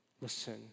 listen